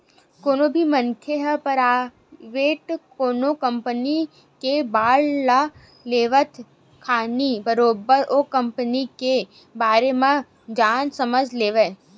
कोनो भी मनखे ल पराइवेट कोनो कंपनी के बांड ल लेवत खानी बरोबर ओ कंपनी के बारे म जान समझ लेवय